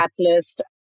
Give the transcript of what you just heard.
Catalyst